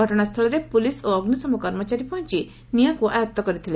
ଘଟଶାସ୍ଥଳରେ police ଓ ଅଗ୍ରିଶମ କର୍ମଚାରୀ ପହଞ୍ ନିଆଁକୁ ଆୟଉ କରିଥିଲେ